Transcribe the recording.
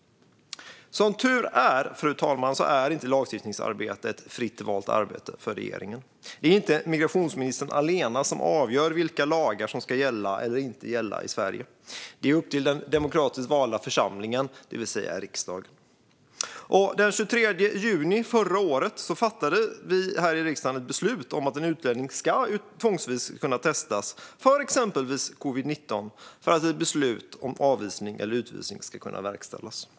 Som tur är, fru talman, är inte lagstiftningsarbetet fritt valt arbete för regeringen. Det är inte migrationsministern allena som avgör vilka lagar som ska gälla eller inte gälla i Sverige. Det är upp till den demokratiskt valda församlingen, det vill säga riksdagen. Den 23 juni förra året fattade vi här i riksdagen ett beslut om att en utlänning tvångsvis ska kunna testas för exempelvis covid-19 för att ett beslut om avvisning eller utvisning ska kunna verkställas.